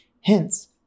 Hence